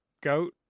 goat